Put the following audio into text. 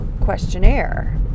questionnaire